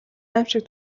аймшиг